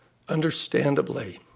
understandably,